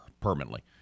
permanently